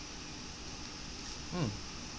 mm